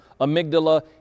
amygdala